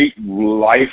life